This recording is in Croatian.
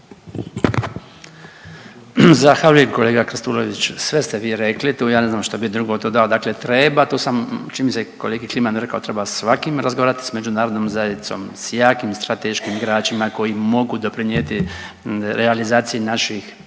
Zahvaljujem kolega Krstulović, sve ste vi rekli tu ja ne znam što bi drugo dodao, dakle treba tu sam čini mi se i kolegi Klimanu rekao treba svakim razgovarati s međunarodnom zajednicom s jakim strateškim igračima koji mogu doprinijeti realizaciji naših